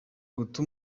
guta